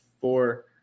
four